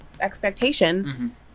expectation